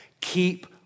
keep